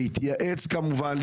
להתייעץ כמובן,